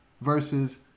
versus